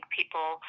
people